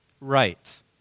Right